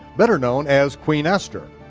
better known as queen esther.